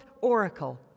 oracle